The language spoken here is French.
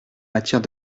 matière